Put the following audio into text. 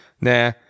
nah